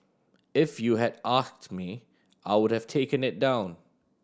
if you had asked me I would have taken it down